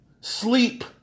sleep